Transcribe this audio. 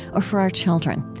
or for our children.